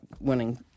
winning